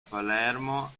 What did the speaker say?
palermo